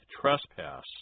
trespass